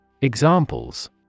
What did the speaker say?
Examples